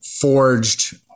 forged